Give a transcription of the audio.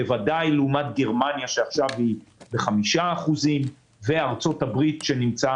בוודאי לעומת גרמניה שהיא ב-5% וארצות הברית שנמצאת